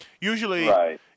usually –